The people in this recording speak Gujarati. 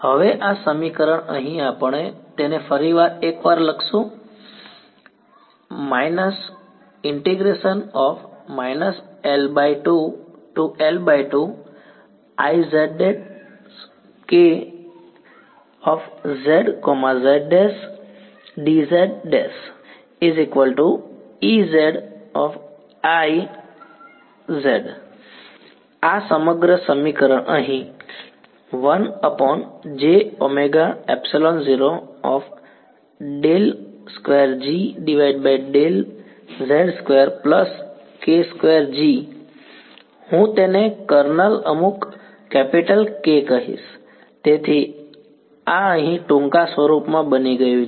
હવે આ સમીકરણ અહીં આપણે તેને ફરી એકવાર લખીશું L2 ∫ Iz′Kz z′dz′ Ez i −L2 આ સમગ્ર સમીકરણ અહીં હું તેને કર્નલ અમુક કેપિટલ K કહીશ તેથી આ અહીં ટૂંકા સ્વરૂપમાં બની ગયું છે